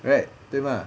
right 对吗